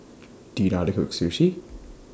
Do YOU know How to Cook Sushi